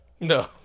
No